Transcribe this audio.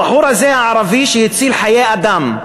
הבחור הזה, הערבי, שהציל חיי אדם,